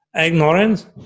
ignorance